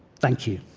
thank you.